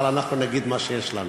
אבל אנחנו נגיד מה שיש לנו.